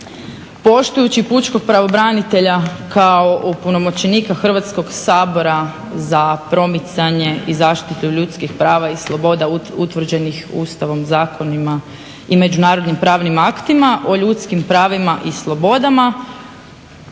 Poštujući pučkog pravobranitelja kao opunomoćenika Hrvatskog sabora za promicanje i zaštitu ljudskih prava i sloboda utvrđenih Ustavom, zakonima i međunarodnim pravnim aktima o ljudskim pravima i slobodama